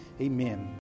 Amen